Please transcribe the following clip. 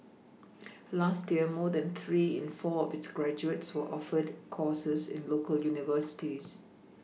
last year more than three in four of its graduates were offered courses in local universities